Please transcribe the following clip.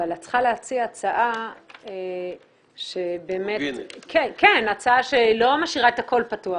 אבל את צריכה להציע הצעה שלא משאירה את הכול פתוח.